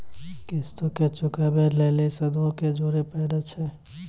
किश्तो के चुकाबै लेली सूदो के जोड़े परै छै